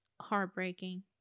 heartbreaking